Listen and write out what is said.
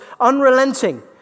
unrelenting